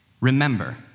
remember